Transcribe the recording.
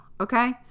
okay